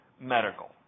medical